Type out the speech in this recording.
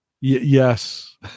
Yes